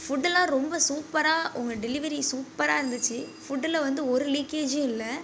ஃபுட்டுலாம் ரொம்ப சூப்பராக உங்க டெலிவரி சூப்பராக இருந்துச்சு ஃபுட்டில் வந்து ஒரு லீக்கேஜும் இல்லை